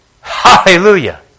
Hallelujah